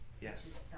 Yes